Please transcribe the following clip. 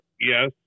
Yes